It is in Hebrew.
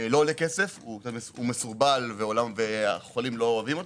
לא עולה כסף והוא מסורבל והחולים לא אוהבים אותו,